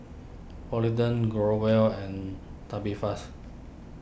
Polident Growell and Tubifast